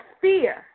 fear